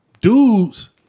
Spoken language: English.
dudes